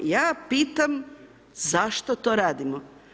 Ja pitam zašto to radimo?